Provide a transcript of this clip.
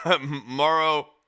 Morrow